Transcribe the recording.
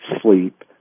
sleep